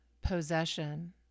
possession